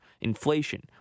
inflation